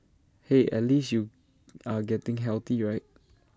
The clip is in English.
hey at least you are getting healthy right